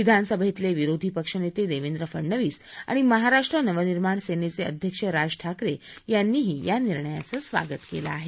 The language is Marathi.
विधानसभेतले विरोधी पक्षनेते देवेंद्र फडणवीस आणि महाराष्ट्र नवनिर्माण सेनेचे अध्यक्ष राज ठाकरे यांनीही या निर्णयाचं स्वागत केलं आहे